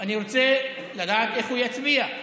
אני רוצה לדעת איך הוא יצביע.